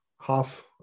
half